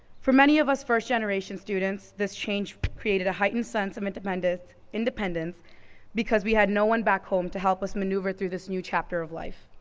for many of us first-generation students this change created a heightened sense of independence, because we had no one back home to help us maneuver through this new chapter of life.